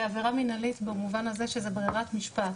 זה עבירה מנהלית במובן הזה שזה ברירת משפט,